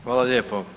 Hvala lijepo.